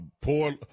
Poor